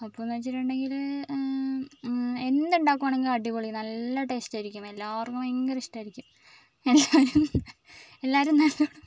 അപ്പം എന്ന് വെച്ചിട്ടുണ്ടെങ്കിൽ എന്ത് ഉണ്ടാക്കുവാണെങ്കിലും അടിപൊളി നല്ല ടേസ്റ്റ് ആയിരിക്കും എല്ലാവർക്കും ഭയങ്കര ഇഷ്ടമായിരിക്കും എല്ലാവരും എല്ലാവരും നല്ലവണ്ണം